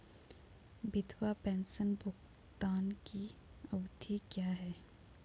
विधवा पेंशन भुगतान की अवधि क्या है?